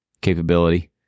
capability